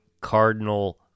cardinal